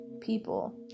people